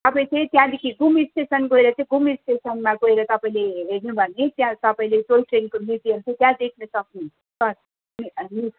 तपाईँ चाहिँ त्यहाँदेखि घुम स्टेसन गएर चाहिँ घुम स्टेसनमा गएर तपाईँले हे हेर्नु भयो भने त्यहाँ तपाईँले टोय ट्रेनको डिटेल्स चाहिँ तपाईँले त्यहाँ देख्न सक्नु हुन्छ